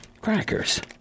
Crackers